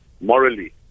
morally